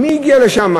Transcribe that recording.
מי הגיע לשם?